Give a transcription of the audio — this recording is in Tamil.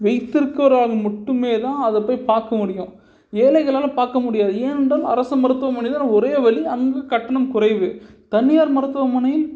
வைத்திருக்கவரால் மட்டுமே தான் அதை போய் பார்க்க முடியும் ஏழைகளால் பார்க்க முடியாது ஏனென்றால்அரசு மருத்துவமனையில் ஒரே வழி அங்கே கட்டணம் குறைவு தனியார் மருத்துவமனையில்